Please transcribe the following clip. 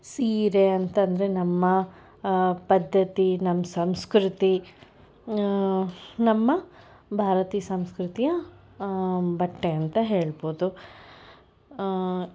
ಸೀರೆ ಅಂತ ಅಂದರೆ ನಮ್ಮ ಪದ್ಧತಿ ನಮ್ಮ ಸಂಸ್ಕೃತಿ ನಮ್ಮ ಭಾರತಿ ಸಂಸ್ಕೃತಿಯ ಬಟ್ಟೆ ಅಂತ ಹೇಳ್ಬೋದು